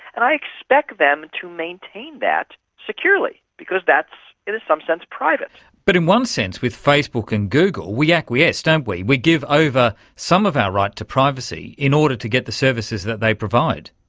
and i expect them to maintain that securely because that's, in some sense, private. but in one sense, with facebook and google we acquiesce, don't we? we give over some of our ah rights to privacy in order to get the services that they provide.